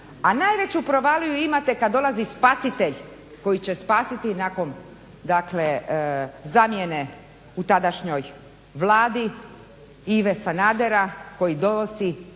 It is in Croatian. A najveću provaliju imate kad dolazi spasitelj koji će spasiti nakon dakle zamjene u tadašnjoj Vladi Ive Sanadera koji donosi